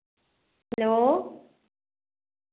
hello